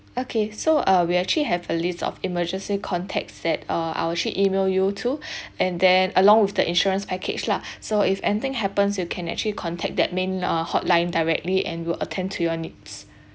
okay so uh we actually have a list of emergency contacts that uh I'll actually email you to and then along with the insurance package lah so if anything happens you can actually contact that main uh hotline directly and we'll attend to your need